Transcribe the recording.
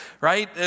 Right